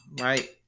right